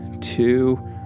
two